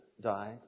died